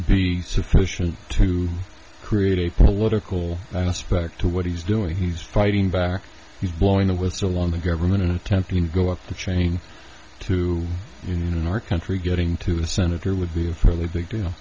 be sufficient to create a political aspect to what he's doing he's fighting back he's blowing the with so long the government attempting to go up the chain to you know our country getting to the senator would be a fairly big deal